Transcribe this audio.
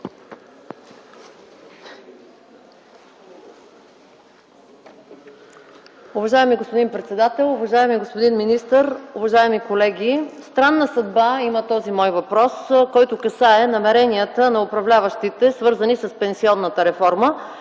Уважаеми господин председател, уважаеми господин министър, уважаеми колеги! Странна съдба има този мой въпрос, който касае намеренията на управляващите, свързани с пенсионната реформа,